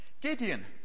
Gideon